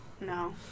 No